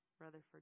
Rutherford